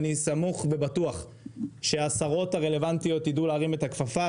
אני סמוך ובטוח שהשרות הרלבנטיות יידעו להגיד את הכפפה,